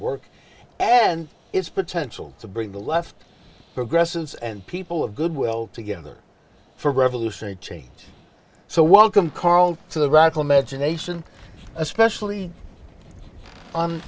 work and its potential to bring the left progressives and people of goodwill together for revolutionary change so welcome karl to the radical magination especially